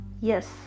Yes